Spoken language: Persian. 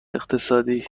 اقتصادی